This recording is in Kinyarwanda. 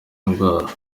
ndwara